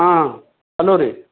ಹಾಂ ಹಲೋ ರೀ